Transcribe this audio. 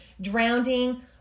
Drowning